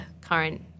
current